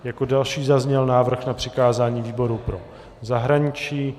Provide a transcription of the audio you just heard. Jako další zazněl návrh na přikázání výboru pro zahraničí.